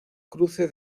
cruce